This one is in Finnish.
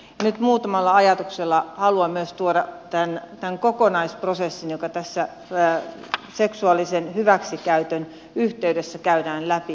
nyt muutamalla ajatuksella haluan myös tuoda tämän kokonaisprosessin joka tässä seksuaalisen hyväksikäytön yhteydessä käydään läpi